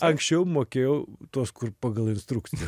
anksčiau mokėjo tuos kur pagal instrukciją